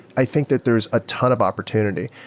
i think that there's a ton of opportunity.